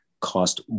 cost